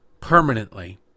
permanently